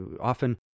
Often